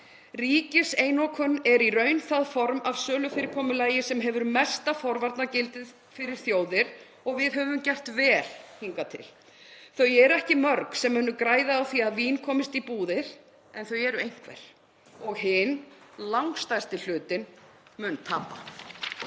„Ríkiseinokun er í raun það form af sölufyrirkomulagi sem hefur mesta forvarnagildið fyrir þjóðir og við höfum gert vel hingað til …“ Þau eru ekki mörg sem munu græða á því að vín komist í búðir en þau eru einhver og hin, langstærsti hlutinn, mun tapa.